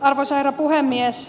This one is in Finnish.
arvoisa herra puhemies